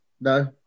No